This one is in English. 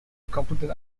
completed